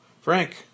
Frank